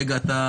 הרגע אתה,